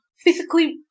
physically